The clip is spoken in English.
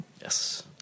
yes